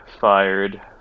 fired